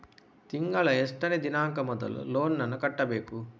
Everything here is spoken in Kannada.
ತಿಂಗಳ ಎಷ್ಟನೇ ದಿನಾಂಕ ಮೊದಲು ಲೋನ್ ನನ್ನ ಕಟ್ಟಬೇಕು?